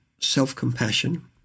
self-compassion